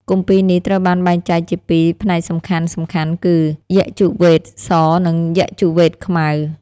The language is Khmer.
គម្ពីរនេះត្រូវបានបែងចែកជា ២ ផ្នែកសំខាន់ៗគឺ យជុវ៌េទ ស និងយជុវ៌េទខ្មៅ។